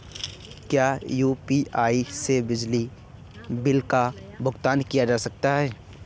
क्या यू.पी.आई से बिजली बिल का भुगतान किया जा सकता है?